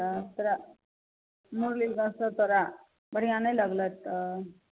तब तोरा मुरलीगञ्ज से तोरा बढ़िआँ नहि लगलहुँ एतऽ